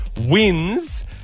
wins